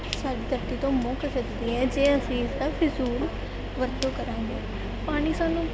ਸਾਡੀ ਧਰਤੀ ਤੋਂ ਮੁੱਕ ਸਕਦੀ ਹੈ ਜੇ ਅਸੀਂ ਇਸ ਦਾ ਫਿਜ਼ੂਲ ਵਰਤੋਂ ਕਰਾਂਗੇ ਪਾਣੀ ਸਾਨੂੰ